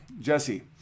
Jesse